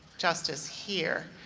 justice here.